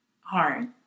hard